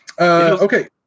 Okay